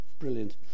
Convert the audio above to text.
brilliant